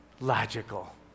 Logical